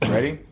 Ready